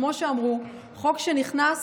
כמו שאמרו, חוק שנכנס